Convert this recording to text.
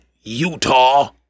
Utah